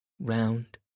round